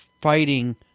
fighting